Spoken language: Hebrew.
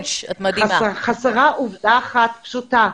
חסרה עובדה אחת פשוטה.